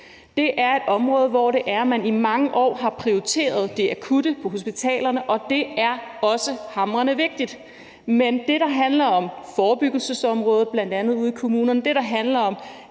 Det er et område, hvor man i mange år har prioriteret det akutte på hospitalerne, og det er også hamrende vigtigt, men det, der handler om forebyggelsesområdet bl.a. ude i kommunerne,